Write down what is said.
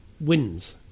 wins